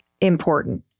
important